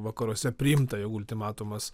vakaruose priimta ultimatumas